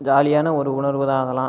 ஜாலியான ஒரு உணர்வுதான் அதெலாம்